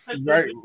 right